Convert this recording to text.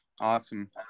Awesome